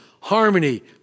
harmony